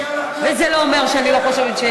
וזה לא אומר שאני לא חושבת,